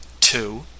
two